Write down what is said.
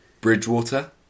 Bridgewater